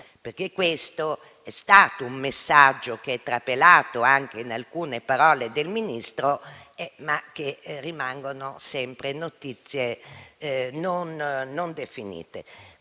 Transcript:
Perché questo è un messaggio che è trapelato anche in alcune parole del Ministro, ma che rimangono sempre notizie non definite.